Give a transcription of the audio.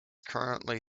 currently